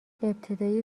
ابتدای